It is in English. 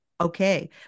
okay